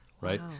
right